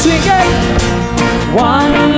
One